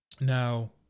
Now